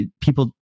people